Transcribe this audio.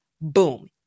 Boom